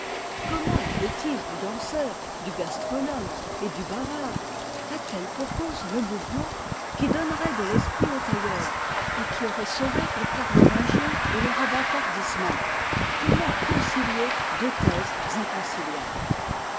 comment la bêtise du danseur du gastronome et du bavard a-t-elle pour cause le mouvement qui donnerait de l'esprit au tailleur et qui aurait sauvé les carlovingiens de leur abâtardissement comment concilier deux thèses inconciliables